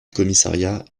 commissariat